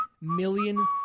million